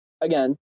again